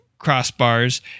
Crossbars